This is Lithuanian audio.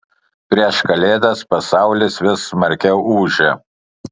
prieš kalėdas pasaulis vis smarkiau ūžia